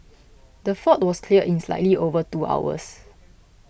the fault was cleared in slightly over two hours